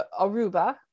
Aruba